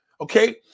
Okay